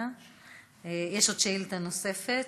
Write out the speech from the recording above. יש שאילתה נוספת,